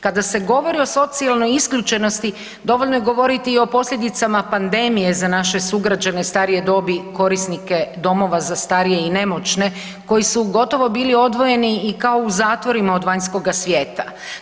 Kada se govori o socijalnoj isključenosti dovoljno je govoriti i o posljedicama pandemije za naše sugrađane starije dobi, korisnike domova za starije i nemoćne koji su gotovo bili odvojeni i kao u zatvorima od vanjskoga svijeta.